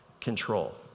control